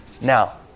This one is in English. Now